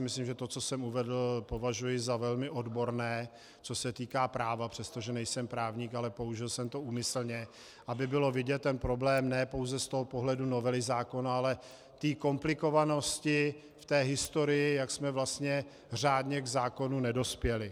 Myslím, že to, co jsem uvedl, považuji za velmi odborné, co se týká práva, přestože nejsem právník, ale použil jsem to úmyslně, aby bylo vidět ten problém ne pouze z toho pohledu novely zákona, komplikovanosti v té historii, jak jsme vlastně řádně k zákonu nedospěli.